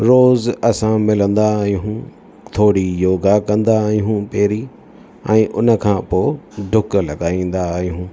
रोज़ु असां मिलंदा आहियूं थोरी योगा कंदा आहियूं पहिरीं ऐं उन खां पोइ डुक लॻाईंदा आहियूं